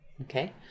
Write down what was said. Okay